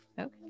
Okay